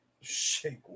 Shake